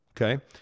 okay